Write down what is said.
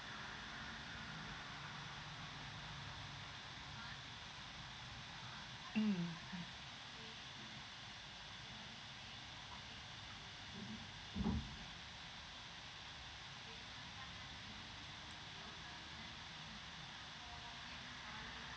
mm mm